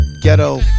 ghetto